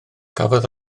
cafodd